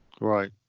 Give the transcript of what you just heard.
Right